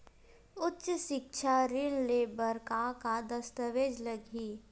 उच्च सिक्छा ऋण ले बर का का दस्तावेज लगही?